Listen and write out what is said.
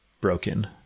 broken